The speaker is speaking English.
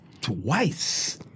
Twice